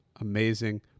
amazing